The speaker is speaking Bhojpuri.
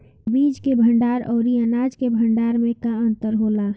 बीज के भंडार औरी अनाज के भंडारन में का अंतर होला?